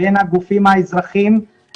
בין הגופים האזרחיים,